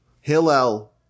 Hillel